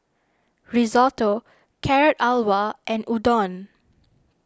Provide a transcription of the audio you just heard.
Risotto Carrot Halwa and Udon